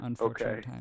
okay